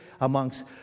amongst